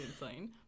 insane